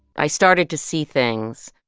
i started to see things.